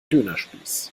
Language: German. dönerspieß